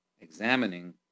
examining